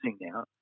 now